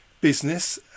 business